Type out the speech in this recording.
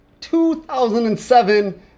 2007